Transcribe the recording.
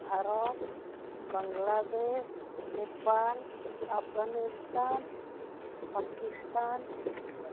Bharat Bangladesh Nepal Afghanistan Pakistan